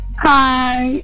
Hi